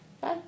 Bye